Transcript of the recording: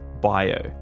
bio